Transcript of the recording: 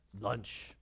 lunch